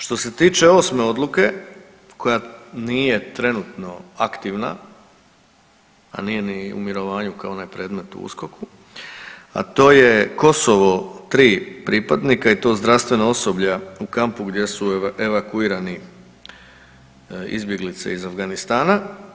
Što se tiče osme odluke koja nije trenutno aktivna, a nije u mirovanju kao onaj predmet u USKOK-u, a to je Kosovo tri pripadnika i to zdravstvenog osoblja u kampu gdje su evakuirani izbjeglice iz Afganistana.